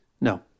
No